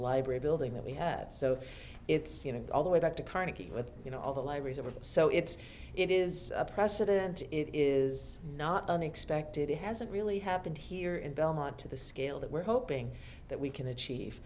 library building that we had so it's all the way back to carnegie with you know all the libraries are so it's it is a precedent it is not unexpected it hasn't really happened here in belmont to the scale that we're hoping that we can achieve